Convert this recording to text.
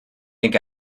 think